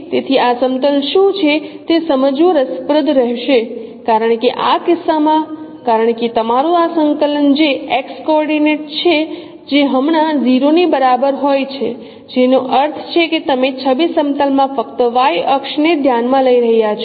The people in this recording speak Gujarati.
તેથી આ સમતલ શું છે તે સમજવું રસપ્રદ રહેશે કારણ કે આ કિસ્સામાં કારણ કે તમારું આ સંકલન જે X કોઓર્ડિનેટ છે જે હંમેશા 0 ની બરાબર હોય છે જેનો અર્થ છે કે તમે છબી સમતલ માં ફક્ત Y અક્ષને ધ્યાનમાં લઈ રહ્યા છો